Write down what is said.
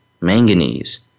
manganese